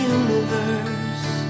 universe